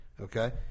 okay